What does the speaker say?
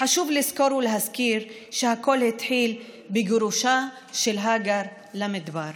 חשוב לזכור ולהזכיר שהכול התחיל בגירושה של הגר למדבר.